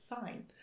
Fine